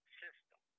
system